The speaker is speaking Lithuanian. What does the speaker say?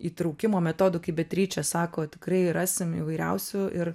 įtraukimo metodų kaip beatričė sako tikrai rasim įvairiausių ir